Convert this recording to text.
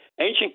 Ancient